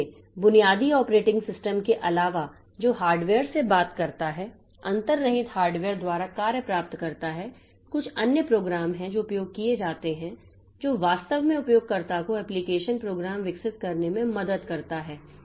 इसलिए बुनियादी operating system के अलावा जो हार्डवेयर से बात करता है अंतर्निहित हार्डवेयर द्वारा कार्य प्राप्त करता है कुछ अन्य प्रोग्राम हैं जो उपयोग किए जाते हैं जो वास्तव में उपयोगकर्ता को एप्लिकेशन प्रोग्राम विकसित करने में मदद करता है